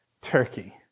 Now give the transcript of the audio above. turkey